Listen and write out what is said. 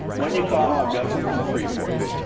when you call, i've got something free for you.